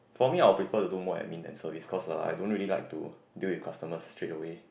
for me I will prefer to do more admin than service cause I don't really like to deal with customers straightaway